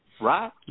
right